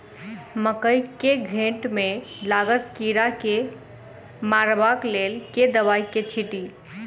मकई केँ घेँट मे लागल कीड़ा केँ मारबाक लेल केँ दवाई केँ छीटि?